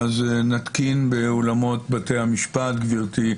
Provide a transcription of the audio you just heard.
שנתקין באולמות בתי המשפט גברתי,